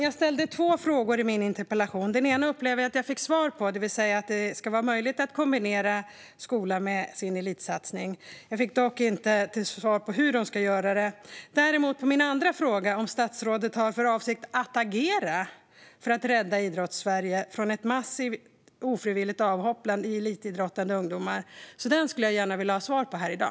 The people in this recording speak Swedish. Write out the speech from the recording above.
Jag ställde två frågor i min interpellation. Den ena upplever jag att jag fick svar på, det vill säga att det ska vara möjligt att kombinera skola med elitsatsning. Jag fick dock inte svar på hur man ska göra det. Min andra fråga var om statsrådet har för avsikt att agera för att rädda Idrottssverige från ett massivt ofrivilligt avhopp bland elitidrottande ungdomar. Den skulle jag vilja få ett svar på här i dag.